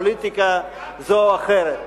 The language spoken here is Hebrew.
פוליטיקה זו או אחרת.